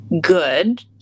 good